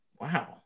Wow